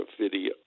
video